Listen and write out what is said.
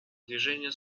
движение